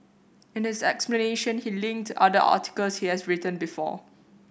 in this explanation he linked other articles he has written before